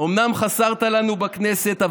אומנם חסרת לנו בכנסת,